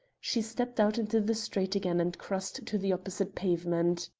she stepped out into the street again and crossed to the opposite pavement.